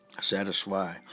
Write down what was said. satisfy